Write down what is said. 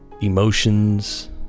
emotions